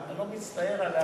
אתה לא מצטער על ה"לשעבר".